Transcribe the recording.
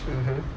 mmhmm